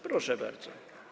Proszę bardzo.